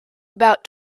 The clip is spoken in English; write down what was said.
about